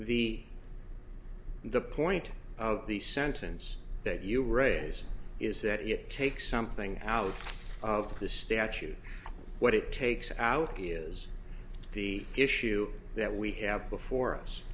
the the point of the sentence that you raise is that it takes something out of the statute what it takes out is the issue that we have before us